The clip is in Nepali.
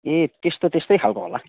ए त्यस्तो त्यस्तै खालको होला